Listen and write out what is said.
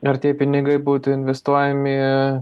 ar tie pinigai būtų investuojami